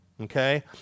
okay